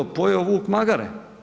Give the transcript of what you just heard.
Pojeo vuk magare.